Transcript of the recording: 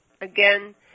Again